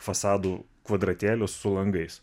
fasadų kvadratėlius su langais